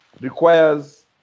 requires